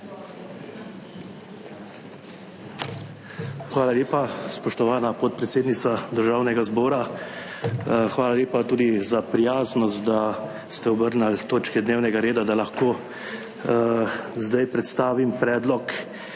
Hvala lepa, spoštovana podpredsednica Državnega zbora. Hvala lepa tudi za prijaznost, da ste obrnili točke dnevnega reda, da lahko zdaj predstavim predlog